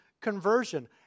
conversion